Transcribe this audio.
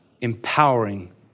empowering